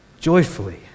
joyfully